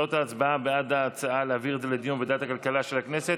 תוצאות ההצבעה: בעד ההצעה להעביר את זה לדיון בוועדת הכלכלה של הכנסת,